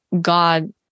god